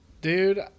Dude